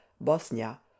Bosnia